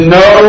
no